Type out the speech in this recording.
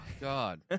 God